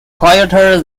quieter